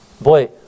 Boy